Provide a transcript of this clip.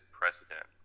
precedent